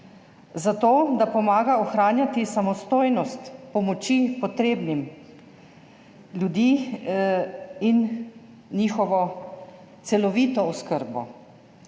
zato, da pomaga ohranjati samostojnost pomoči potrebnim ljudi in njihovo celovito oskrbo.